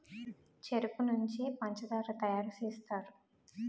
చెరుకు నుంచే పంచదార తయారు సేస్తారు